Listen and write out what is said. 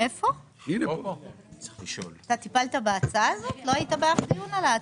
רוויזיה על הסתייגות מס' 79. מי בעד, מי נגד, מי